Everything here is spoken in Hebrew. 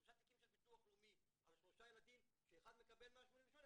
שלושה תיקים של ביטוח לאומי על שלושה ילדים שאחד מקבל 188%,